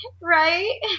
Right